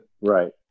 Right